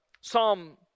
Psalm